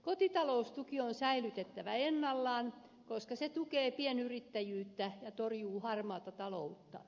kotitaloustuki on säilytettävä ennallaan koska se tukee pienyrittäjyyttä ja torjuu harmaata taloutta